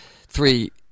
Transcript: three